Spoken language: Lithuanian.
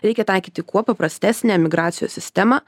reikia taikyti kuo paprastesnę migracijos sistemą